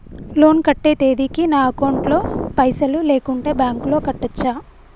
Loan కట్టే తేదీకి నా అకౌంట్ లో పైసలు లేకుంటే బ్యాంకులో కట్టచ్చా?